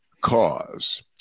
cause